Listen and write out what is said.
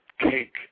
cake